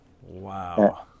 Wow